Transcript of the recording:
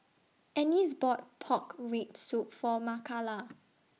Ennis bought Pork Rib Soup For Makala